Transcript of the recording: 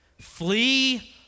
flee